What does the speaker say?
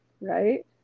right